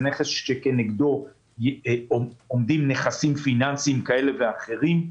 זה נכס כשנגדו עומדים נכסים פיננסיים כאלה ואחרים.